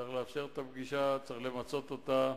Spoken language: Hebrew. צריך לאפשר את הפגישה, צריך למצות אותה,